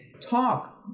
talk